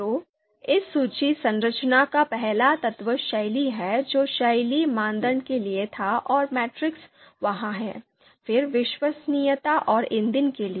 तो इस सूची संरचना का पहला तत्व शैली है जो शैली मानदंड के लिए था और मैट्रिक्स वहां है फिर विश्वसनीयता और ईंधन के लिए